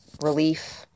relief